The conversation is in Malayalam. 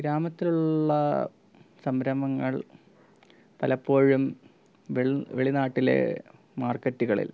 ഗ്രാമത്തിലുള്ള സംരംഭങ്ങൾ പലപ്പോഴും വെൾ വെളി നാട്ടിലെ മാർക്കറ്റുകളിൽ